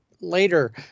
later